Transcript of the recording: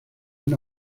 una